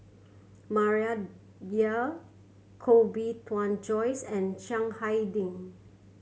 Maria Dyer Koh Bee Tuan Joyce and Chiang Hai Ding